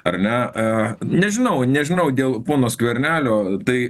ar ne nežinau nežinau dėl pono skvernelio tai